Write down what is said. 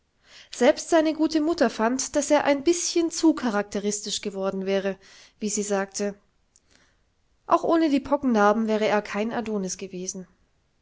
selbst seine gute mutter fand daß er ein bischen zu charakteristisch geworden wäre wie sie sagte auch ohne die pockennarben wäre er kein adonis gewesen